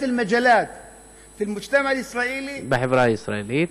בחברה הישראלית,